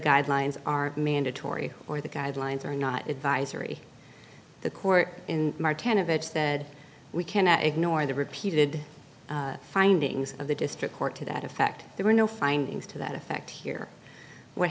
guidelines are mandatory or the guidelines are not advisory the court in martin of edge that we cannot ignore the repeated findings of the district court to that effect there were no findings to that effect here what